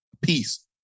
Peace